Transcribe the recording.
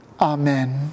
Amen